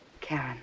Karen